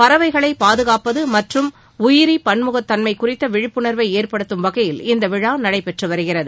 பறவைகளை பாதுகாப்பது மற்றும் உயிரி பன்முகத்தன்மை குறித்த விழிப்புணர்வை ஏற்படுத்தும் வகையில் இவ்விழா நடைபெற்று வருகிறது